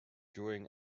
during